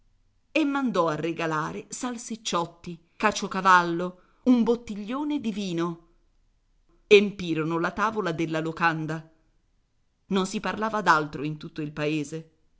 la palla e mandò a regalare salsicciotti caciocavallo un bottiglione di vino empirono la tavola della locanda non si parlava d'altro in tutto il paese